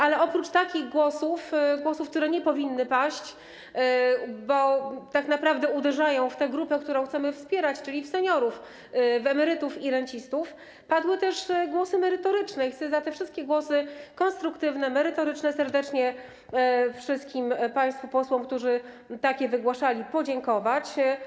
Ale oprócz takich głosów, które nie powinny paść, bo tak naprawdę uderzają w grupę, którą chcemy wspierać, czyli w seniorów, emerytów i rencistów, padły też głosy merytoryczne i chcę za te wszystkie głosy konstruktywne, merytoryczne serdecznie wszystkim państwu posłom, którzy takie opinie wygłaszali, podziękować.